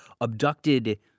abducted